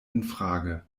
infrage